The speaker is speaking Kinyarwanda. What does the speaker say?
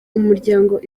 umuryango